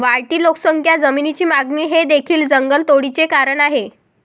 वाढती लोकसंख्या, जमिनीची मागणी हे देखील जंगलतोडीचे कारण आहे